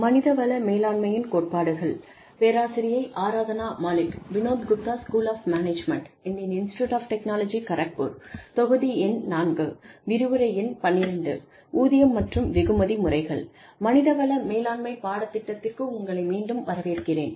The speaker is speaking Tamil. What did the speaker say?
மனித வள மேலாண்மை பாடத்திட்டத்திற்கு உங்களை மீண்டும் வரவேற்கிறேன்